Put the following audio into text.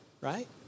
right